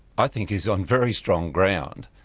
i think he's on very strong ground,